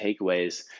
takeaways